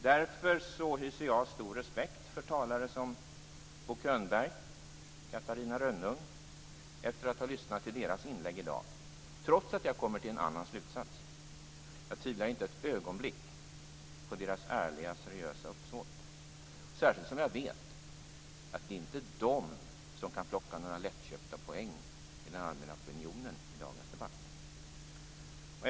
Därför hyser jag stor respekt för talare som Bo Könberg och Catarina Rönnung efter att ha lyssnat till deras inlägg i dag, trots att jag kommer fram till en annan slutsats. Jag tvivlar inte ett ögonblick på deras ärliga och seriösa uppsåt, särskilt som jag vet att det inte är de som kan plocka några lättköpta poäng i den allmänna opinionen i dagens debatt.